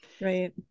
Right